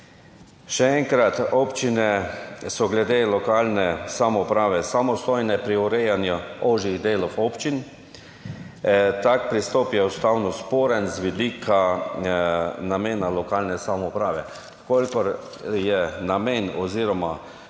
Še enkrat, občine so glede lokalne samouprave samostojne pri urejanju ožjih delov občin. Tak pristop je ustavno sporen z vidika namena lokalne samouprave. Če je namen oziroma